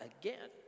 again